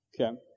Okay